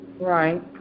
right